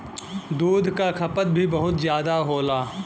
दूध क खपत भी बहुत जादा होला